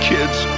Kids